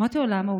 אמרתי לו: למה?